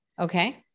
Okay